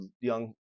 young